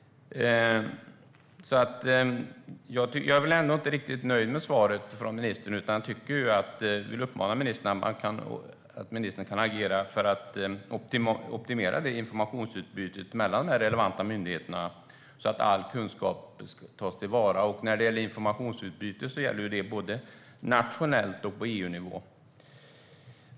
Jag är inte riktigt nöjd med ministerns svar. Jag uppmanar ministern att agera för att optimera informationsutbytet mellan de relevanta myndigheterna så att all kunskap tas till vara. Informationsutbyte gäller både nationellt och på EU-nivå.